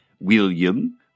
William